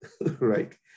right